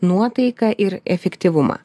nuotaiką ir efektyvumą